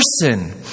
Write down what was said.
person